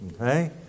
Okay